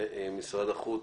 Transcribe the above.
ומשרד החוץ,